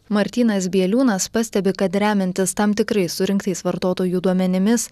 martynas bieliūnas pastebi kad remiantis tam tikrais surinktais vartotojų duomenimis